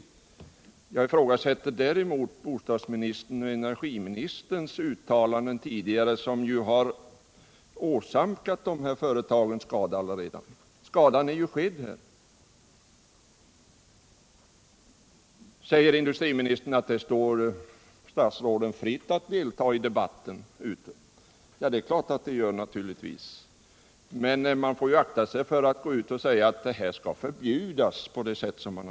Däremot ifrågasätter jag bostadsministerns och energiministerns tidigare uttalanden, som har åsamkat dessa företag skada — den skadan är ju redan skedd. Så säger industriministern att det står statsråden fritt att delta i debatterna ute i landet. Det gör det naturligtvis, men de får väl då akta sig för att på det sätt som de har gjort gå ut och säga att den och den produkten skall förbjudas.